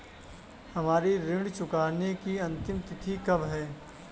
हमारी ऋण चुकाने की अंतिम तिथि कब है?